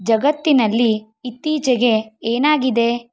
ಜಗತ್ತಿನಲ್ಲಿ ಇತ್ತೀಚೆಗೆ ಏನಾಗಿದೆ